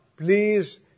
Please